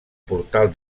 portal